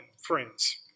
friends